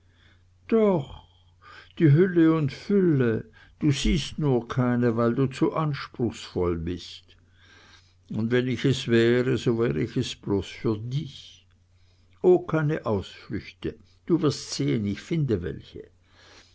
doch die hülle und fülle du siehst nur keine weil du zu anspruchsvoll bist und wenn ich es wäre so wär ich es bloß für dich oh keine ausflüchte du wirst sehen ich finde welche